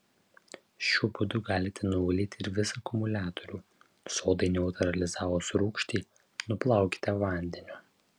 šiuo būdu galite nuvalyti ir visą akumuliatorių sodai neutralizavus rūgštį nuplaukite vandeniu